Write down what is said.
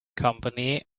company